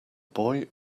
boy